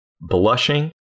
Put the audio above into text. blushing